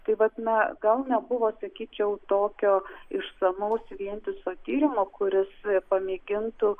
tai vat na gal nebuvo sakyčiau tokio išsamaus vientiso tyrimo kuris pamėgintų